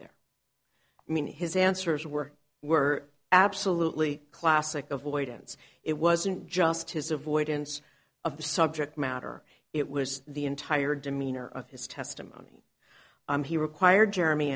there i mean his answers were were absolutely classic avoidance it wasn't just his avoidance of the subject matter it was the entire demeanor of his testimony he required jeremy